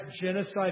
genocide